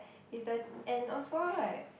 is the and also like